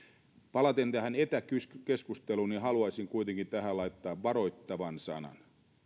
palaten tähän etäkeskusteluun haluaisin kuitenkin laittaa tähän varoittavan sanan